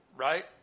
Right